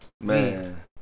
Man